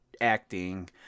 acting